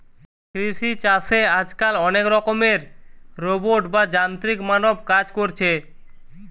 কৃষি চাষে আজকাল অনেক রকমের রোবট বা যান্ত্রিক মানব কাজ কোরছে